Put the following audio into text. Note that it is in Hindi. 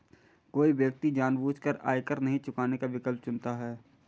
कोई व्यक्ति जानबूझकर आयकर नहीं चुकाने का विकल्प चुनता है